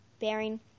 bearing